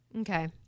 Okay